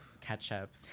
ketchup